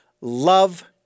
love